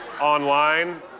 online